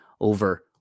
over